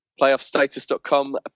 playoffstatus.com